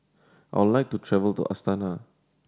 I would like to travel to Astana